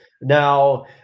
now